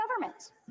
government